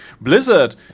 Blizzard